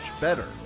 better